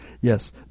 Yes